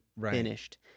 finished